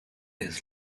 his